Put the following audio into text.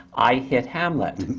i hit hamlet.